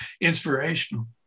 inspirational